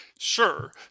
Sure